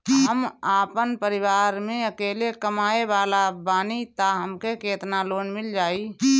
हम आपन परिवार म अकेले कमाए वाला बानीं त हमके केतना लोन मिल जाई?